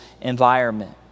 environment